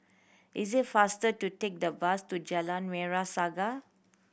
is it faster to take the bus to Jalan Merah Saga